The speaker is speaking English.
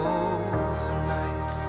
overnight